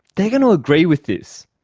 they are going to agree with this,